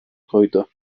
koydu